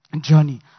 journey